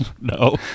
No